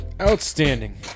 Outstanding